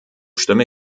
stimme